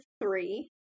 three